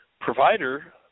provider